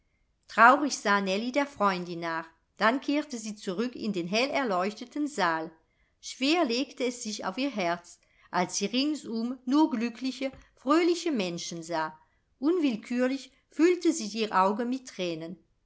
traurig sah nellie der freundin nach dann kehrte sie zurück in den hellerleuchteten saal schwer legte es sich auf ihr herz als sie ringsum nur glückliche fröhliche menschen sah unwillkürlich füllte sich ihr auge mit thränen